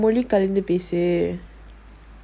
கலந்துபேசு:kalanthu pesu